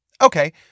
Okay